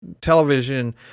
television